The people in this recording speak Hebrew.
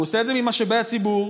והוא עושה את זה ממשאבי הציבור,